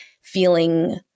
feeling